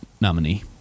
nominee